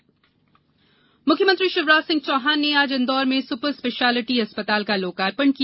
अस्पताल उदघाटन मुख्यमंत्री शिवराज सिंह चौहान ने आज इंदौर में सुपर स्पेशलिटी अस्पताल का लोकार्पण किया